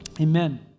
Amen